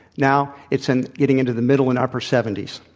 now it's in getting into the middle and upper seventy s.